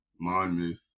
Monmouth